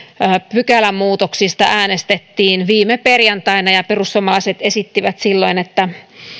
pykälämuutoksista äänestettiin viime perjantaina ja perussuomalaiset esittivät silloin että